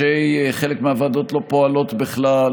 חלק מהוועדות לא פועלות בכלל